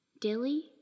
Dilly